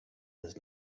does